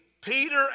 Peter